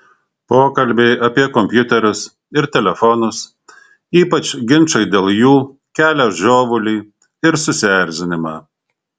pokalbiai apie kompiuterius ir telefonus ypač ginčai dėl jų kelia žiovulį ir susierzinimą